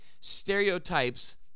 stereotypes –